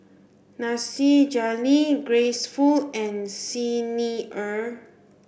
Nasir Jalil Grace Fu and Xi Ni Er